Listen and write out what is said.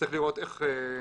צריך לראות איך